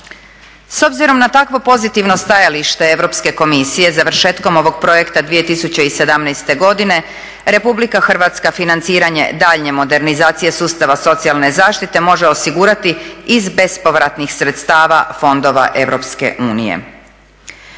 S obzirom na takvo pozitivno stajalište Europske komisije završetkom ovog projekta 2017.godine RH financiranje daljnje modernizacije sustava socijalne zaštite može osigurati iz bespovratnih sredstava fondova EU.